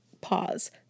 Pause